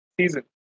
season